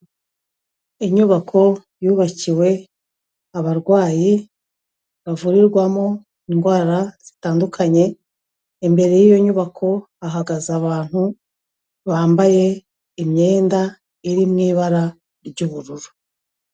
Inyubako yubakiwe abarwayi bavurirwamo indwara zitandukanye, imbere y'iyo nyubako hahagaze abantu bambaye imyenda iri mu ibara ry'ubururu.